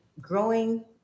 growing